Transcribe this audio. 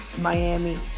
Miami